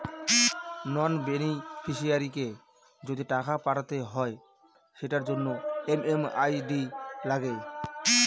নন বেনিফিশিয়ারিকে যদি টাকা পাঠাতে হয় সেটার জন্য এম.এম.আই.ডি লাগে